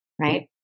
Right